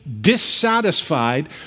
dissatisfied